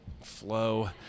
flow